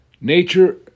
Nature